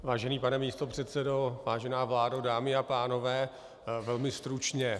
Vážený pane místopředsedo, vážená vládo, dámy a pánové, velmi stručně.